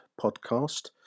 podcast